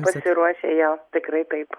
pasiruošę jo tikrai taip